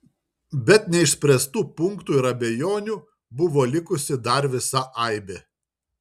bet neišspręstų punktų ir abejonių buvo likusi dar visa aibė